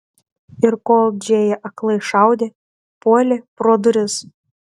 ir kol džėja aklai šaudė puolė pro duris